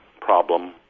problem